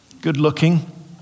good-looking